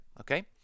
okay